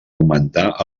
augmentar